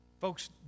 Folks